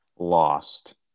lost